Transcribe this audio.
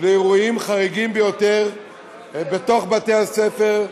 לאירועים חריגים ביותר בתוך בתי-הספר,